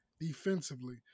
defensively